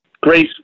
Grace